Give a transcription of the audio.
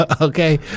Okay